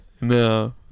No